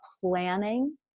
planning